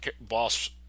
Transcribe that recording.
boss